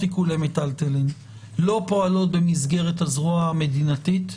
עיקולי מיטלטלין לא פועלות במסגרת הזרוע המדינתית,